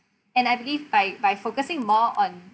and I believe by by focusing more on